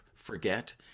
forget